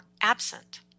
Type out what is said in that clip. absent